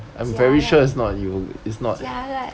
jialat jialat